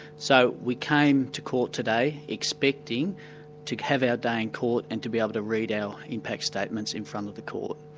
so we came to court today expecting to have our day in court and to be able to read our impact statements in front of the court